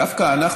דווקא אנחנו,